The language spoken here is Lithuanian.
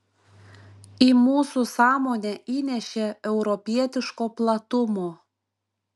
į mūsų sąmonę įnešė europietiško platumo